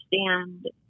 understand